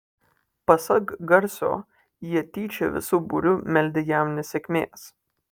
pasak garsio jie tyčia visu būriu meldę jam nesėkmės